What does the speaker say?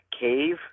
cave